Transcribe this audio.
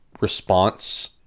response